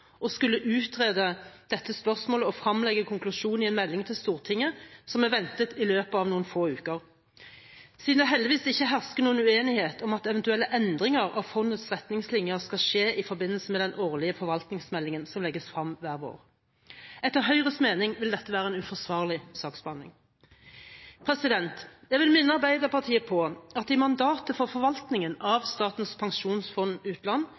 skulle utrede dette spørsmålet og fremlegge konklusjonen i en melding til Stortinget som er ventet i løpet av noen få uker, siden det heldigvis ikke hersker noen uenighet om at eventuelle endringer av fondets retningslinjer skal skje i forbindelse med den årlige forvaltningsmeldingen som legges frem hver vår. Etter Høyres mening vil dette være en uforsvarlig saksbehandling. Jeg vil minne Arbeiderpartiet på at det i mandatet for forvaltningen av Statens pensjonsfond utland